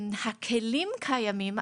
הכלים קיימים,